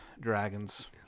dragons